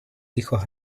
hijos